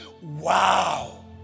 wow